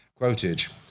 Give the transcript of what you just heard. Quotage